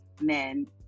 men